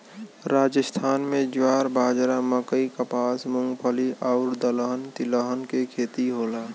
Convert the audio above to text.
राजस्थान में ज्वार, बाजरा, मकई, कपास, मूंगफली आउर दलहन तिलहन के खेती होला